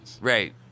Right